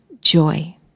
joy